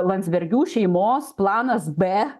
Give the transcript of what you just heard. landsbergių šeimos planas b